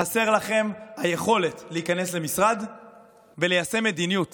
חסרה לכם היכולת להיכנס למשרד וליישם מדיניות